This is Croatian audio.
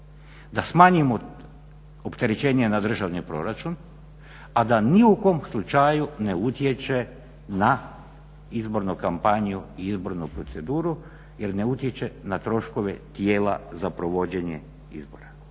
da smanjimo opterećenje na državni proračun a da ni u kom slučaju ne utječe na izbornu kampanju i izbornu proceduru, jer ne utječe na troškove tijela za provođenje izbora.